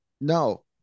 No